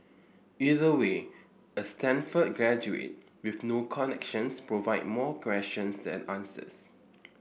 either way a Stanford graduate with no connections provide more questions than answers